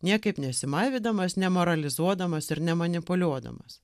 niekaip nesimaivydamas nemoralizuodamas ir nemanipuliuodamas